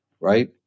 right